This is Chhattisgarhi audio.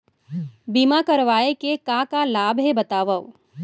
बीमा करवाय के का का लाभ हे बतावव?